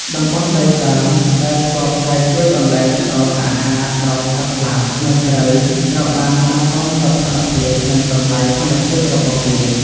តំបន់ដីសើមដែលធ្លាប់តែជាកន្លែងផ្តល់អាហារដល់សត្វស្លាប និងត្រីត្រូវបានបាត់បង់សោភ័ណភាព និង តម្លៃធម្មជាតិរបស់វា។